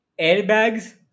airbags